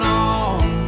on